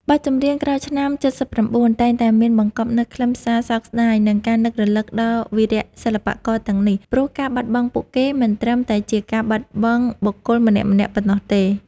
បទចម្រៀងក្រោយឆ្នាំ ៧៩ តែងតែមានបង្កប់នូវខ្លឹមសារសោកស្តាយ និងការនឹករលឹកដល់វីរសិល្បករទាំងនេះ ព្រោះការបាត់បង់ពួកគេមិនត្រឹមតែជាការបាត់បង់បុគ្គលម្នាក់ៗប៉ុណ្ណោះទេ។